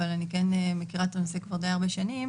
אבל אני כן מכירה את הנושא כבר די הרבה שנים